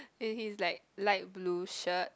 and his like light blue shirt